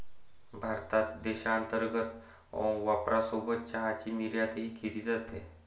भारतात देशांतर्गत वापरासोबत चहाची निर्यातही केली जाते